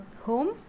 home